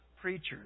preachers